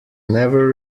never